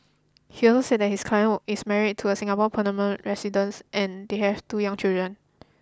he also said that his client is married to a Singapore permanent resident and they have two young children